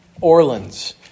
Orleans